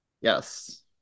Yes